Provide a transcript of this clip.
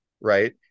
right